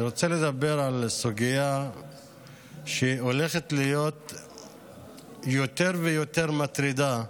אני רוצה לדבר על סוגיה שהולכת להיות יותר ויותר מטרידה,